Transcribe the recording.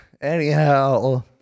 anyhow